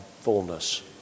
fullness